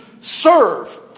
serve